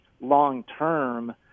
long-term